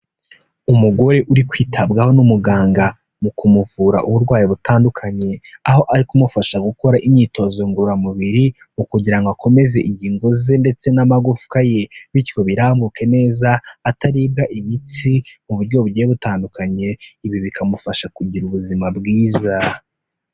Umugore uri kwitabwaho n'umuganga mu kumuvura uburwayi butandukanye, aho ari kumufasha gukora imyitozo ngororamubiri kugira ngo akomeze ingingo ze ndetse n'amagufwa ye bityo birambuke neza, ataribwa imitsi mu buryo bugiye butandukanye, ibi bikamufasha kugira ubuzima bwiza.